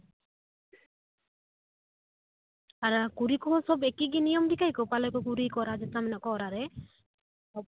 ᱟᱨ ᱠᱩᱲᱤ ᱠᱚᱦᱚᱸ ᱥᱚᱵᱽ ᱮᱠᱤᱜᱮ ᱱᱤᱭᱚᱢ ᱯᱟᱞᱟᱣᱟᱠᱚ ᱠᱩᱲᱤ ᱠᱚᱲᱟ ᱡᱮᱴᱟ ᱢᱮᱱᱟᱜ ᱠᱚ ᱚᱲᱟᱜ ᱨᱮ